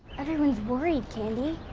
everyone's worried, candy.